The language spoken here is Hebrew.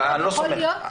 אבל אני לא סומך.